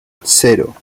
cero